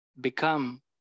become